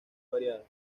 variadas